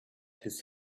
his